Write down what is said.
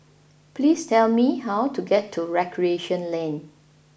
please tell me how to get to Recreation Lane